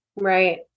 Right